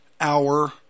hour